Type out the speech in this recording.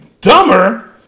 dumber